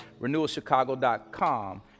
renewalchicago.com